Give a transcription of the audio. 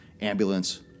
ambulance